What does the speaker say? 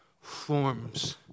Forms